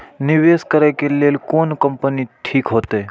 निवेश करे के लेल कोन कंपनी ठीक होते?